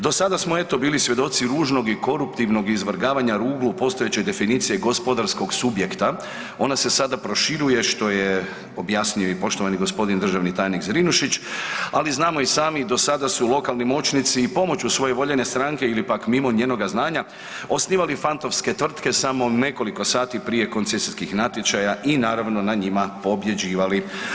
Do sada smo eto bili svjedoci ružnog i koruptivnog izvrgavanja ruglu postojeće definicije gospodarskog subjekta, ona se sada proširuje što je objasnio i poštovani gospodin državni tajnik Zrinušić, ali znamo i sami do sada su lokalni moćnici i pomoću svoje voljene stranke ili pak mimo njenoga znanja osnivali fantomske tvrtke samo nekoliko sati prije koncesijskih natječaja i naravno na njima pobjeđivali.